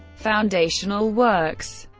foundational works